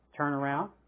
turnaround